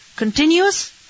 continuous